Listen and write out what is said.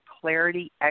clarity